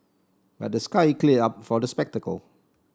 but the sky clear up for the spectacle